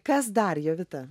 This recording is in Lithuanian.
kas dar jovita